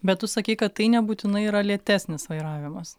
bet tu sakei kad tai nebūtinai yra lėtesnis vairavimas